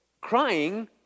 crying